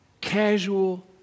casual